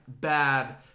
bad